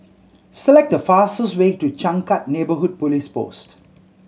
select the fastest way to Changkat Neighbourhood Police Post